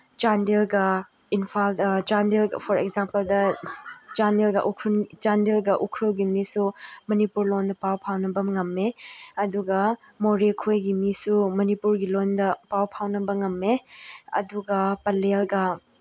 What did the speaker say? ꯆꯥꯟꯗꯦꯜꯒ for ꯑꯦꯛꯖꯥꯝꯄꯜꯗ ꯆꯥꯟꯗꯦꯜꯒ ꯆꯥꯟꯗꯦꯜꯒ ꯎꯈ꯭ꯔꯨꯜꯒꯤ ꯃꯤꯁꯨ ꯃꯅꯤꯄꯨꯔ ꯂꯣꯟꯗ ꯄꯥꯎ ꯐꯥꯎꯅꯕ ꯉꯝꯃꯦ ꯑꯗꯨꯒ ꯃꯣꯔꯦꯈꯣꯏꯒꯤ ꯃꯤꯁꯨ ꯃꯅꯤꯄꯨꯔꯒꯤ ꯂꯣꯟꯗ ꯄꯥꯎ ꯐꯥꯎꯅꯕ ꯉꯝꯃꯦ ꯑꯗꯨꯒ ꯄꯂꯦꯜꯒ